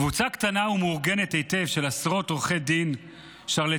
קבוצה קטנה ומאורגנת היטב של עשרות עורכי דין שרלטנים,